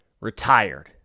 Retired